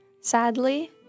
sadly